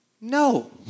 No